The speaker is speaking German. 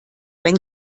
wenn